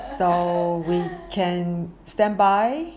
so we can standby